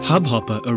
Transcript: Hubhopper